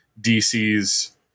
DC's